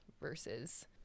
versus